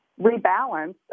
rebalance